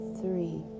three